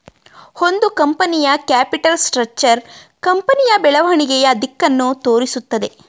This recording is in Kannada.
ಒಂದು ಕಂಪನಿಯ ಕ್ಯಾಪಿಟಲ್ ಸ್ಟ್ರಕ್ಚರ್ ಕಂಪನಿಯ ಬೆಳವಣಿಗೆಯ ದಿಕ್ಕನ್ನು ತೋರಿಸುತ್ತದೆ